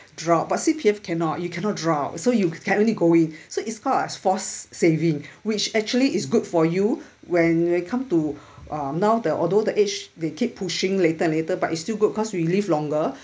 draw but C_P_F cannot you cannot draw so you can only go in so it's called a forced saving which actually is good for you when we come to uh now the although the age they keep pushing later and later but it's still good cause we live longer